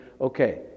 Okay